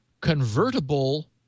convertible